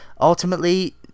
ultimately